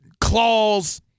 claws